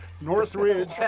Northridge